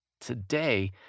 today